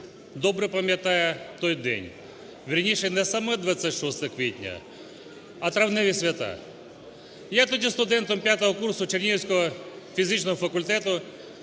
добре пам'ятає той день. Вірніше, не саме 26 квітня, а травневі свята. Я тоді студентом 5 курсу Чернігівського фізичного факультету,